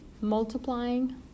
multiplying